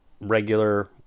regular